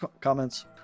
comments